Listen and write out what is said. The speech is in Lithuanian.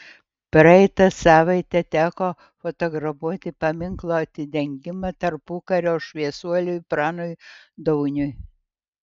praeitą savaitę teko fotografuoti paminklo atidengimą tarpukario šviesuoliui pranui dauniui